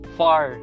far